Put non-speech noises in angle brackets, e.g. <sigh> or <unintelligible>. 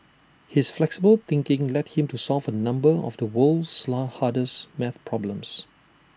his flexible thinking led him to solve A number of the world's <unintelligible> hardest math problems